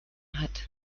hat